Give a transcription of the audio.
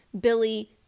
Billy